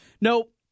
Nope